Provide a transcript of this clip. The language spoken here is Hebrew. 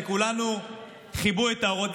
לכולנו כיבו את האורות.